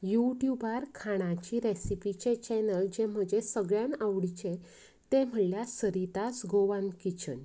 युट्युबार खाणाची रेसिपिचें चॅनल जें म्हजें सगल्यान आवडिचें तें म्हळ्यार सरितास गोवन किचन